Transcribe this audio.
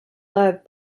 love